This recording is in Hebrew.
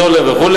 סולר וכו',